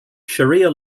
sharia